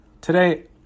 Today